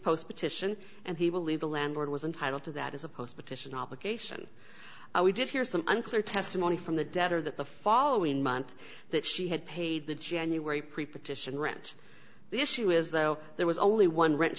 petition and he will leave the landlord was entitled to that as a post petition obligation we did hear some unclear testimony from the debtor that the following month that she had paid the january pre partition rent the issue is though there was only one rent